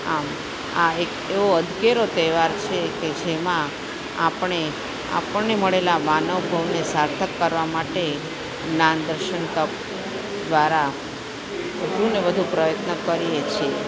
આમ આ એક એવો અધકેરો તહેવાર છે કે જેમાં આપણે આપણને મળેલા માનવ ભવને સાર્થક કરવા માટે જ્ઞાન દર્શન તપ દ્વારા વધુને વધુ પ્રયત્ન કરીએ છીએ